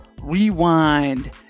Rewind